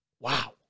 Wow